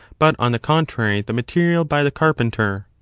but on the contrary the material by the carpenter.